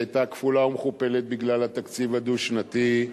שהיתה כפולה ומכופלת בגלל התקציב הדו-שנתי.